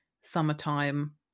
summertime